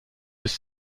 was